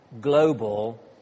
global